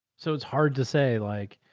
so it's hard to say like,